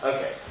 Okay